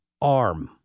arm